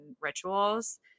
rituals